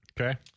Okay